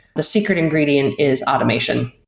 the secret ingredient is automation.